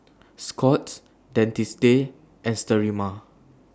Scott's Dentiste and Sterimar